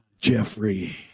Jeffrey